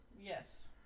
Yes